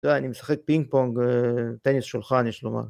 אתה יודע, אני משחק פינג פונג, טניס שולחן יש לומר.